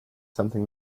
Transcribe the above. something